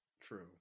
True